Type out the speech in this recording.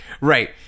right